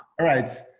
all right.